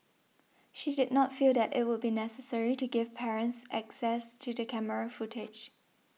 she did not feel that it would be necessary to give parents access to the camera footage